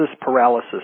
paralysis